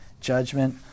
judgment